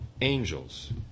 angels